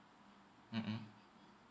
mmhmm